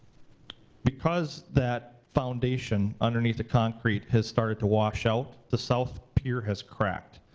because that foundation underneath the concrete has started to wash out, the south pier has cracked.